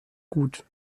gut